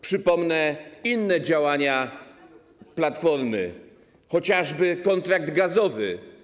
Przypomnę inne działania Platformy, chociażby kontrakt gazowy.